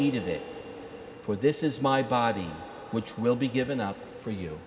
of it for this is my body which will be given up for you